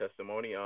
testimony